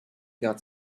got